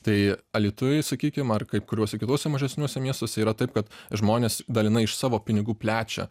tai alytuj sakykim ar kai kuriuose kituose mažesniuose miestuose yra taip kad žmonės dalinai iš savo pinigų plečia